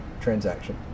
transaction